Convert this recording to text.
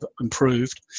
improved